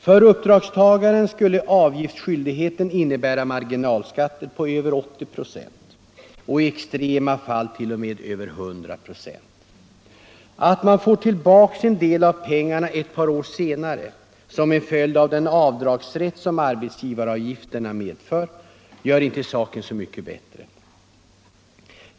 För uppdragstagaren skulle avgiftsskyldigheten innebära marginalskatter på över 80 96 , i extrema fall t.o.m. över 100 96. Att man får tillbaka en del av pengarna ett par år senare som en följd av den avdragsrätt som arbetsgivaravgifterna medför, gör inte saken så mycket bättre.